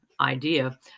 idea